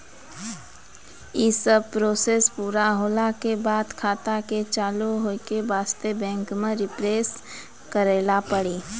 यी सब प्रोसेस पुरा होला के बाद खाता के चालू हो के वास्ते बैंक मे रिफ्रेश करैला पड़ी?